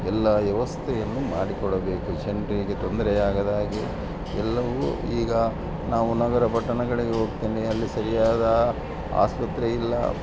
ಎಲ್ಲ ವ್ಯವಸ್ಥೆಯನ್ನು ಮಾಡಿಕೊಡಬೇಕು ಜನರಿಗೆ ತೊಂದರೆಯಾಗದ್ಹಾಗೆ ಎಲ್ಲವು ಈಗ ನಾವು ನಗರ ಪಟ್ಟಣಗಳಿಗೆ ಹೋಗ್ತೆನೆ ಅಲ್ಲಿ ಸರಿಯಾದ ಆಸ್ಪತ್ರೆ ಇಲ್ಲ